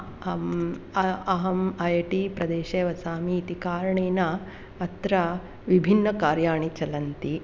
अम् अहम् आएटि प्रदेशे वसामि इति कारणेन अत्र विभिन्न कार्याणि चलन्ति